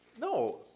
no